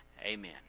Amen